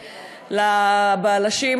לבלשים,